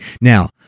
Now